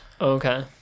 Okay